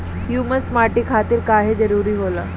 Humus माटी खातिर काहे जरूरी होला?